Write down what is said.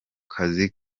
kazi